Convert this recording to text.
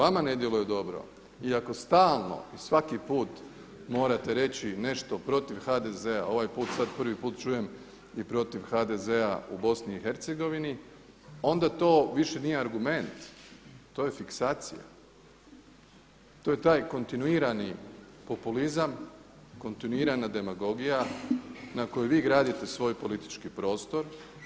Ako vama ne djeluje dobro i ako stalno i svaki put morate reći nešto protiv HDZ-a, ovaj put sad prvi put čujem i protiv HDZ-a u BiH onda to više nije argument, to je fiksacija, to je taj kontinuirani populizam, kontinuirana demagogija na kojoj vi gradite svoj politički prostor.